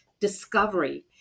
discovery